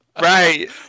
right